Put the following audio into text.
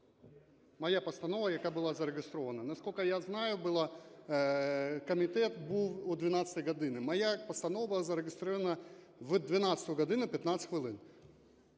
Моя постанова, яка була зареєстрована. Наскільки я знаю, комітет був о 12 годині. Моя постанова зареєстрована о 12 годині 15 хвилин.